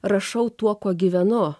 rašau tuo kuo gyvenu